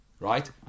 right